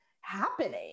happening